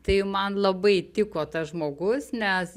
tai man labai tiko tas žmogus nes